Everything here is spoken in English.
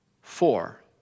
four